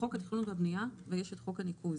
חוק התכנון והבנייה ויש את חוק הניקוז.